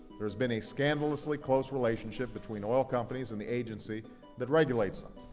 there has been a scandalously close relationship between oil companies and the agency that regulates them.